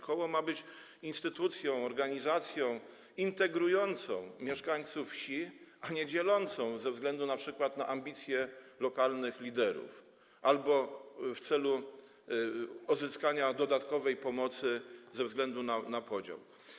Koło ma być instytucją, organizacją integrującą mieszkańców wsi, a nie dzielącą np. ze względu na ambicje lokalnych liderów albo w celu uzyskania dodatkowej pomocy ze względu na podział.